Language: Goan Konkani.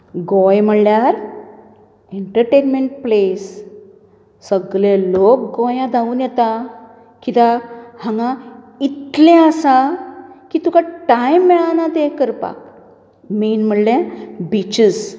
गोंय म्हणल्यार एंटरटेर्नमेंट प्लेस सगळे लोक गोंया धावून येता कित्याक हांगा इतले आसा की तुका टायम मेळना तें करपाक मेन म्हणल्यार बिचीज